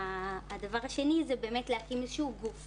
הדבר השני זה באמת להקים איזשהו גוף